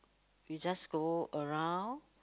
you just go around